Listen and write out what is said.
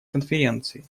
конференции